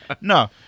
No